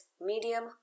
medium